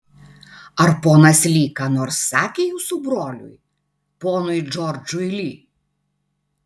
ar ponas li ką nors sakė jūsų broliui ponui džordžui li